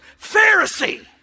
Pharisee